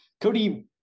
Cody